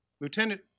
Lieutenant